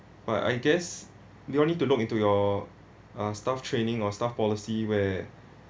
but I guess the only to look into your uh staff training or staff policy where